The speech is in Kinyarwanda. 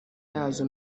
yazo